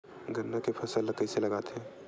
गन्ना के फसल ल कइसे लगाथे?